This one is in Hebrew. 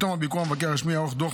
בתום הביקור המבקר הרשמי יערוך דוח